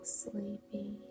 sleepy